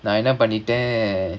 நான் என்ன பண்ணிட்டேன்:naan enna pannittaen